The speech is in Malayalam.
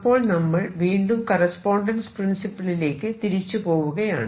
അപ്പോൾ നമ്മൾ വീണ്ടും കറസ്പോണ്ടൻസ് പ്രിൻസിപ്പിൾ ലേക്ക് തിരിച്ച് പോവുകയാണ്